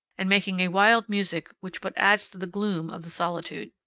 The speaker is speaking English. and making a wild music which but adds to the gloom of the solitude.